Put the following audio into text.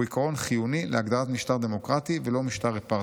הוא עיקרון חיוני להגדלת משטר דמוקרטי ולא משטר אפרטהייד.